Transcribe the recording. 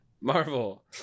Marvel